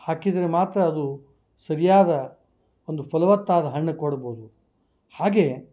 ಹಾಕಿದ್ದರೆ ಮಾತ್ರ ಅದು ಸರ್ಯಾದ ಒಂದು ಫಲವತ್ತಾದ ಹಣ್ಣು ಕೊಡ್ಬೋದು ಹಾಗೆ